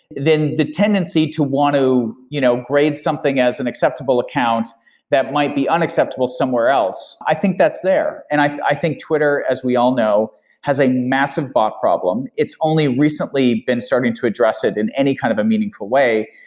then the tendency to want to you know grade something as an acceptable account that might be unacceptable somewhere else, i think that's there, and i i think twitter as we all know has a massive bot problem. it's only recently been starting to address it in any kind of a meaningful way,